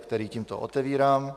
který tímto otevírám.